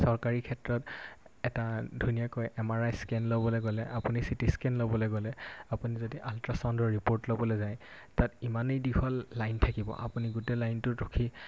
চৰকাৰী ক্ষেত্ৰত এটা ধুনীয়াকৈ এমআৰআই স্কেন ল'বলৈ গ'লে আপুনি চিটি স্কেন ল'বলৈ গ'লে আপুনি যদি আল্ট্ৰা চাউণ্ডৰ ৰিপৰ্ট ল'বলৈ যায় তাত ইমানেই দীঘল লাইন থাকিব আপুনি গোটেই লাইনটোত ৰখি